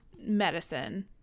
Medicine